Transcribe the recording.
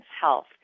health